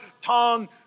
tongue